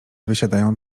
wysiadają